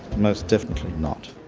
most definitely not.